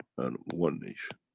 and one nation.